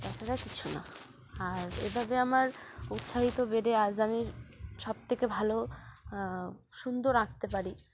তাছাটা কিছু না আর এভাবে আমার উৎসাহ বেড়ে আজ আমি সবথেকে ভালো সুন্দর আঁকতে পারি